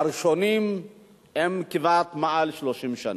הראשונים הם כמעט מעל 30 שנה.